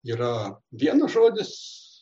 yra vienas žodis